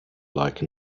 like